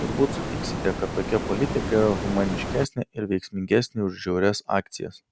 turbūt sutiksite kad tokia politika yra humaniškesnė ir veiksmingesnė už žiaurias akcijas